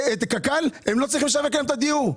קרן קיימת לא צריכה לשווק את הדיור.